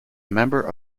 member